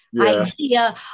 idea